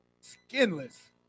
skinless